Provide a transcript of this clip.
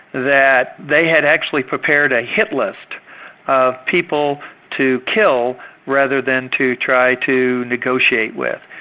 that they had actually prepared a hit list of people to kill rather than to try to negotiate with,